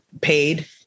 paid